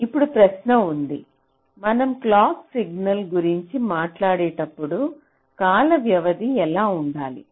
ఇప్పుడు ప్రశ్న ఉంది మనం క్లాక్ సిగ్నల్ గురించి మాట్లాడేటప్పుడు కాల వ్యవధి ఎలా ఉండాలి